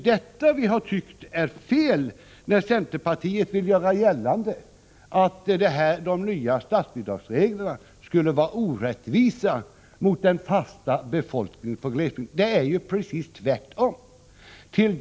Det vi tycker är fel är att centerpartiet vill göra gällande att de nya statsbidragsreglerna skulle vara orättvisa mot den fasta befolkningen i glesbygden. Det är ju precis tvärtom!